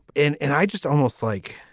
and and i just almost like